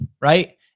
right